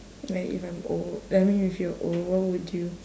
like if I'm old I mean if you're old what would you